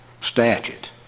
statute